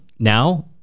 Now